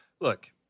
Look